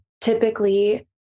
typically